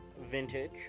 vintage